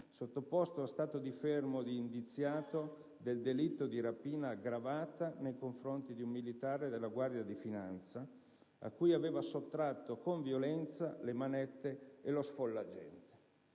sottoposto a stato di fermo ed indiziato del delitto di rapina aggravata nei confronti di un militare della Guardia di finanza, a cui aveva sottratto con violenza le manette e lo sfollagente.